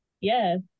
yes